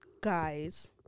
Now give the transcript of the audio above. guys